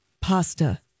pasta